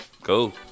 Cool